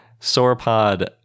sauropod